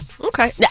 Okay